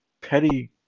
petty